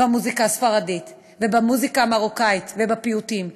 במוזיקה הספרדית ובמוזיקה המרוקאית ובפיוטים.